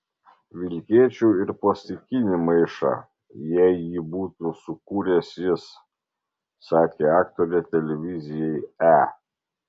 vilkėčiau ir plastikinį maišą jei jį būtų sukūręs jis sakė aktorė televizijai e